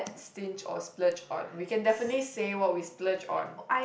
stinge or splurge on we can definitely say what we splurge on